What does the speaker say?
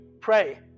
Pray